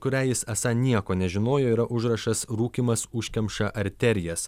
kurią jis esą nieko nežinojo yra užrašas rūkymas užkemša arterijas